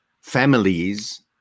families